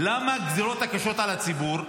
למה הגזרות הקשות על הציבור?